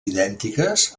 idèntiques